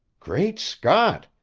great scott!